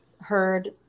heard